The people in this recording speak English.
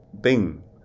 Bing